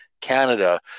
Canada